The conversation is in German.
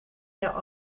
der